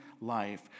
life